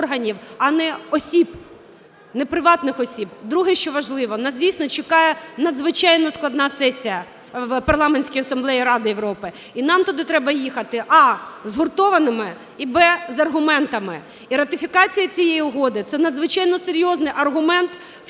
Друге, що важливо. Нас, дійсно, чекає надзвичайно складна сесія в Парламентській асамблеї Ради Європи. І нам туди треба їхати а) згуртованими і б) з аргументами. І ратифікація цієї угоди – це надзвичайно серйозний аргумент в